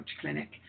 clinic